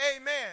Amen